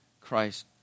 Christ